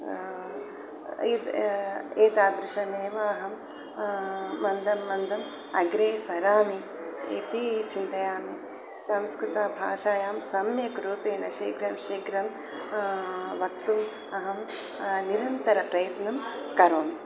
इति एतादृशमेव अहं मन्दं मन्दं अग्रे सरामि इति चिन्तयामि संस्कृतभाषायां सम्यक् रूपेण शीघ्रं शीघ्रं वक्तुं अहं निरन्तरप्रयत्नं करोमि